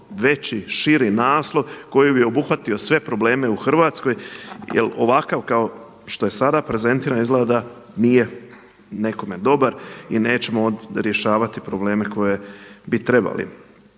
veći, širi naslov koji bi obuhvatio sve probleme u Hrvatskoj jel ovakav kao što je sada prezentiran izgleda da nije nekome dobar i nećemo rješavati probleme koje bi trebali.